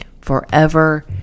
forever